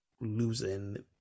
losing